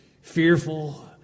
fearful